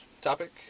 topic